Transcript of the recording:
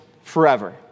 forever